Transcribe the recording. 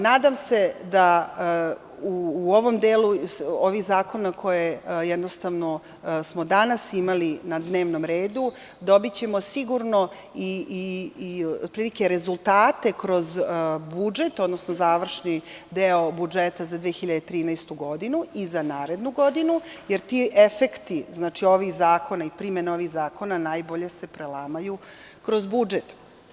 Nadam da se u ovom delu, ovih zakona koje smo danas imali na dnevnom redu, dobićemo sigurno i rezultate kroz budžet, odnosno završni deo budžeta za 2013. godinu i za narednu godinu, jer ti efekti ovih zakona i primena ovih zakona najbolje se prelamaju kroz budžet.